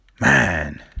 Man